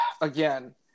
again